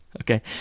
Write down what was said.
Okay